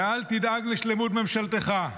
ואל תדאג לשלמות ממשלתך.